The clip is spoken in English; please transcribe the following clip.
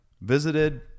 visited